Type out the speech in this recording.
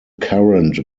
current